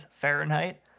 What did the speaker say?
Fahrenheit